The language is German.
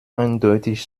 eindeutig